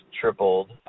tripled